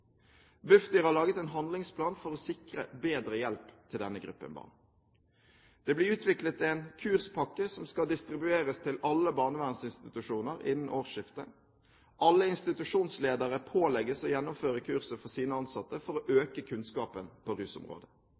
har laget en handlingsplan for å sikre bedre hjelp til denne gruppen barn. Det blir utviklet en kurspakke som skal distribueres til alle barnevernsinstitusjoner innen årsskiftet. Alle institusjonsledere pålegges å gjennomføre kurset for sine ansatte for å øke kunnskapen på rusområdet.